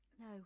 No